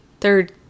third